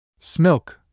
Smilk